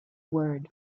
word